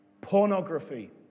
pornography